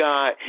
God